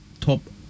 top